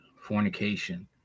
fornication